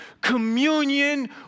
communion